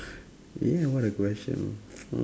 yeah what a question hmm